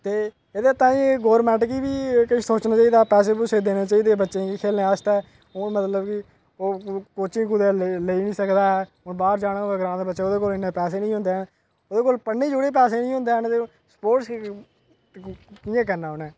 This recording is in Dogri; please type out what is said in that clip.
ते एह्दे ताईं गोरमैंट गी बी किश सोचना चाहिदा पैसे पूसे देने चाहिदे बच्चे गी ने खेलने आस्तै हून मतलब कोचिंग कुतै लेई नेईं सकदा हून बाह्र गै जाना होऐ तां अच्छा ओह्दे कोल इन्ने पैसे निं होदे ओह्दे कोल पढ़ने जुड़ने पैसे निं होंदे निं स्पोर्टस कि'यां करना उ'नें